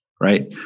right